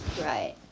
Right